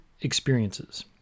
Experiences